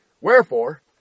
wherefore